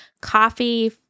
coffee